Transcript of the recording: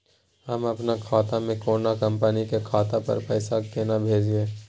हम अपन खाता से कोनो कंपनी के खाता पर पैसा केना भेजिए?